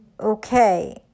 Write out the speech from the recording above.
okay